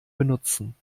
benutzen